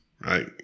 Right